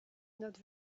not